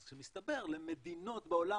אז מסתבר שלמדינות בעולם